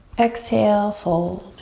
exhale fold.